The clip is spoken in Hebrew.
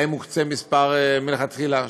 להן מוקצה מספר מלכתחילה,